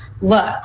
look